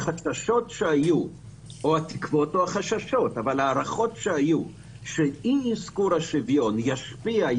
הערכות שהיו שאי אזכור השוויון ישפיע,